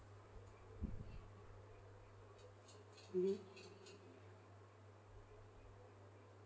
mmhmm